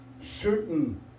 certain